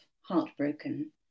heartbroken